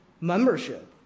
membership